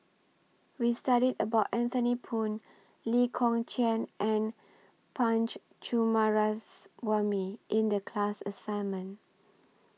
We studied about Anthony Poon Lee Kong Chian and Punch Coomaraswamy in The class assignment